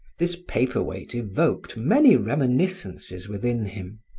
this paper weight evoked many reminiscences within him.